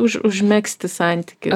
už užmegzti santykius